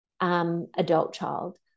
adult-child